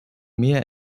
mehr